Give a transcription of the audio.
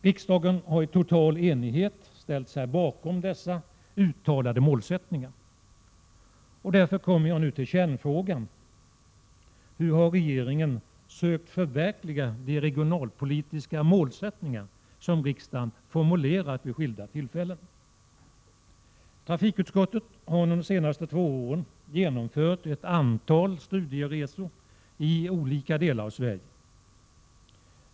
Riksdagen har i total enighet ställt sig bakom dessa uttalade målsättningar. Jag kommer därför nu till kärnfrågan: Hur har regeringen sökt förverkliga de regionalpolitiska målsättningar som riksdagen har formulerat vid skilda tillfällen? Trafikutskottet har under de senaste två åren genomfört ett antal studieresor i olika delar av Sverige.